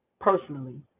personally